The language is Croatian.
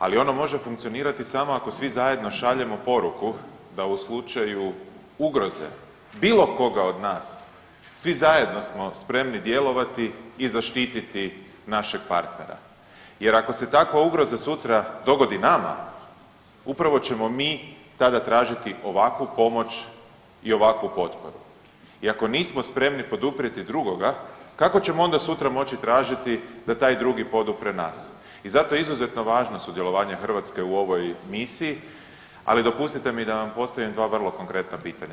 Ali ono može funkcionirati samo ako svi zajedno šaljemo poruku da u slučaju ugroze bilo koga od nas svi zajedno smo spremni djelovati i zaštititi našeg partnera jer ako se takva ugroza sutra dogodi nama, upravo ćemo mi tada tražiti ovakvu pomoć i ovakvu potporu i ako nismo spremni poduprijeti drugoga, kako ćemo onda sutra moći tražiti da taj drugi podupre nas i zato je izuzetno važno sudjelovanje Hrvatske u ovoj misiji, ali dopustite mi da vam postavim 2 vrlo konkretna pitanja.